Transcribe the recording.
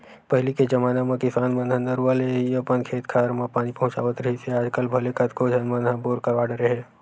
पहिली के जमाना म किसान मन ह नरूवा ले ही अपन खेत खार म पानी पहुँचावत रिहिस हे आजकल भले कतको झन मन ह बोर करवा डरे हे